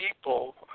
people